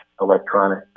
electronic